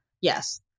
Yes